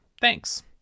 thanks